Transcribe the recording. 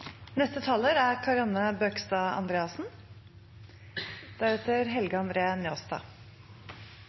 Neste taler er Helge André Njåstad.